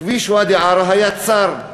כביש ואדי-עארה היה צר,